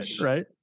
right